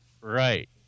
Right